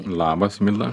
labas milda